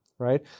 Right